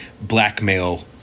blackmail